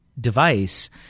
device